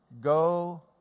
go